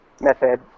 method